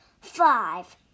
Five